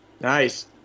Nice